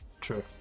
true